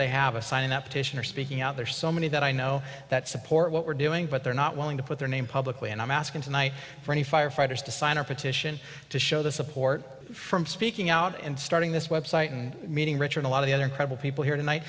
they have a sign that petition or speaking out there so many that i know that support what we're doing but they're not willing to put their name publicly and i'm asking tonight for the firefighters to sign a petition to show their support from speaking out and starting this website and meeting richard a lot of the other people here tonight